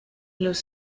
los